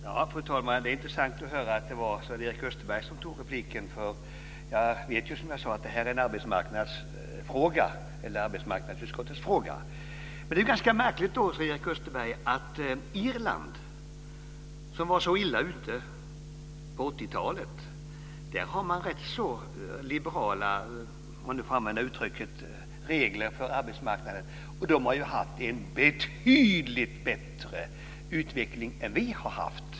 Fru talman! Det är intressant att Sven-Erik Österberg begärde replik. Jag vet ju att det här är arbetsmarknadsutskottets fråga. Det är väl ganska märkligt, Sven-Erik Österberg, att Irland som var så illa ute på 1980-talet har rätt så liberala - om jag nu får använda den formuleringen - regler för arbetsmarknaden. Där har man haft en betydligt bättre utveckling än vad vi har haft.